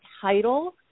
title